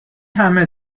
همه